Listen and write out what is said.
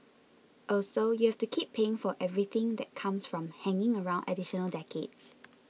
also you have to keep paying for everything that comes from hanging around additional decades